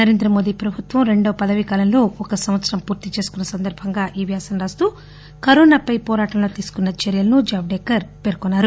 నరేంద్ర మోదీ ప్రభుత్వం రెండవ పదవీ కాలంలో ఒక సంవత్సరం పూర్తి చేసుకున్న సందర్భంగా ఈ వ్యాసం రాస్తూ జవడేకర్ కరోనాపై పోరాటంలో తీసుకున్న చర్యలను పేర్కొన్నారు